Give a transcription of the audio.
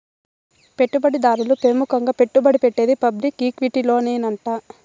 పెట్టుబడి దారులు పెముకంగా పెట్టుబడి పెట్టేది పబ్లిక్ ఈక్విటీలోనేనంట